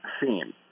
theme